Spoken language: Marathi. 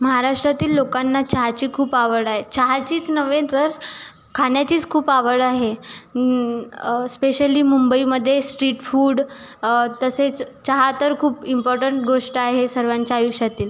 महाराष्ट्रातील लोकांना चहाची खूप आवड आहे चहाचीच नव्हे तर खाण्याचीच खूप आवड आहे स्पेशली मुंबईमध्ये स्ट्रीट फूड तसेच चहा तर खूप इम्पॉर्टंट गोष्ट आहे सर्वांच्या आयुष्यातील